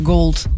Gold